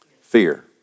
Fear